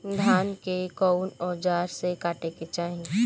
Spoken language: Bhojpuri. धान के कउन औजार से काटे के चाही?